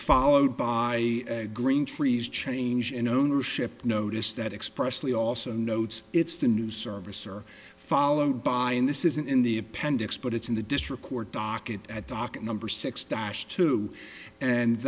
followed by green trees change in ownership notice that expressly also notes it's the new service or followed by and this isn't in the appendix but it's in the district court docket at docket number six dash two and